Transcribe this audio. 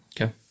Okay